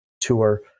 tour